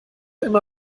immer